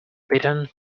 bitten